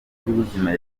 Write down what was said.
y’ubuzima